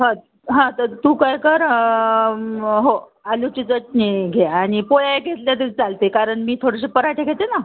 हं हां तर तू काय कर हो आलूची चटणी घे आणि पोळ्या घेतल्या तर चालते कारण मी थोडेसे पराठे घेते ना